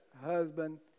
husband